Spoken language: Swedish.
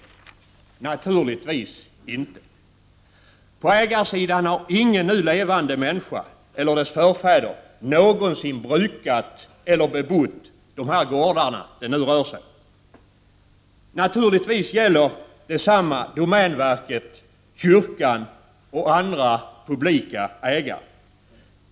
Naturligtvis inte!” På ägarsidan har ingen nu levande människa eller dess förfäder någonsin brukat eller bebott de här gårdarna det nu rör sig om. Naturligtvis gäller detsamma domänverket, kyrkan och andra publika ägare.